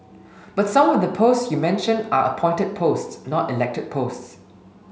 but some of the post you mention are appointed posts not elected posts